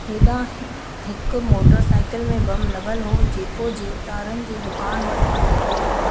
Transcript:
हेॾां हिकु motorcycle में बम लग॒ल हो जेको ज़ेवतारनि जे दुकानु वटि फ़ाटी पियो